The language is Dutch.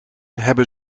hebben